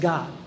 God